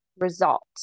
result